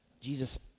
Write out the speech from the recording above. Jesus